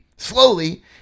slowly